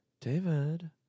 David